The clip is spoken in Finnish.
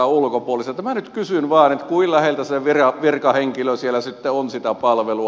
minä nyt kysyn vain kuinka läheltä se virkahenkilö siellä sitten on sitä palvelua